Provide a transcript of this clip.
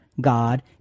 God